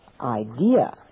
idea